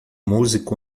músico